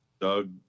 Doug